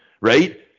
right